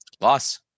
Loss